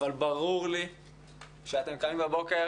אבל ברור לי שאתם קמים בבוקר